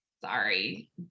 sorry